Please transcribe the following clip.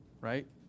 right